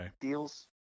deals